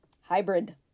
hybrid